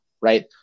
right